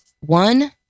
one